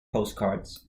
postcards